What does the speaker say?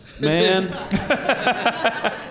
man